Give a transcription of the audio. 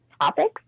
topics